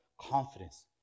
confidence